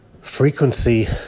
frequency